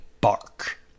bark